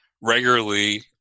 regularly